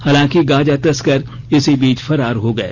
हालांकि गांजा तस्कर इसी बीच फरार हो गए